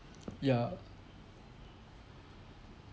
ya uh